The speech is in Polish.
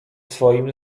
swoim